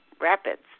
rapids